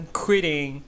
quitting